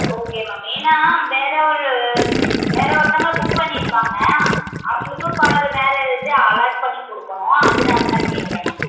okay ma'am ஏன்னால் வேறு ஒரு வேறு ஒருத்தவங்க புக் பண்ணியிருக்காங்க அவங்களுக்கும் காரு வேறு இது அலாட் பண்ணி கொடுக்கணும் அதனால் தான் கேட்குறேன் மேம்